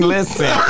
Listen